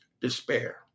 despair